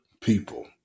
people